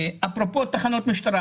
אפרופו תחנות משטרה,